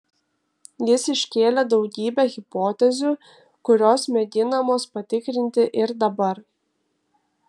jis iškėlė daugybę hipotezių kurios mėginamos patikrinti ir dabar